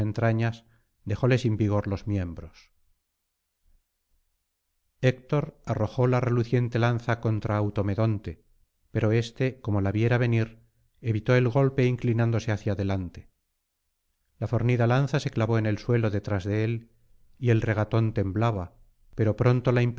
dejóle sin vigor los miembros héctor arrojó la reluciente lanza contra automedonte pero éste como la viera venir evitó el golpe inclinándose hacia adelante la fornida lanza se clavó en el suelo detrás de él y el regatón temblaba pero pronto la